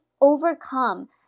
overcome